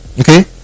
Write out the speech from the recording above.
Okay